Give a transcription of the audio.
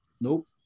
Nope